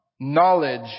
Knowledge